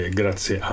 grazie